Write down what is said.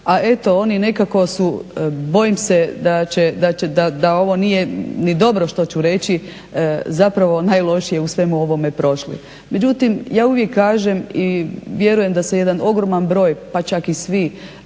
a eto oni nekako su bojim se da će, da ovo nije ni dobro što ću reći zapravo najlošije u svemu ovome prošli. Međutim ja uvijek kažem i vjerujem da se jedan ogroman broj, pa čak i svi